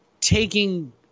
taking